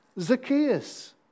Zacchaeus